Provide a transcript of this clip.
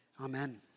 Amen